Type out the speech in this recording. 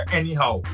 anyhow